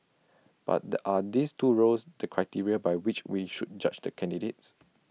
but the are these two roles the criteria by which we should judge the candidates